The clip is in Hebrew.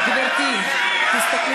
ועכשיו אני מחכה לדעת אם גואטה רוצה להצביע,